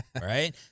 right